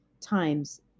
times